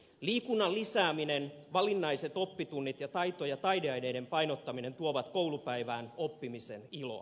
liikunnan lisääminen valinnaiset oppitunnit ja taito ja taideaineiden painottaminen tuovat koulupäivään oppimisen iloa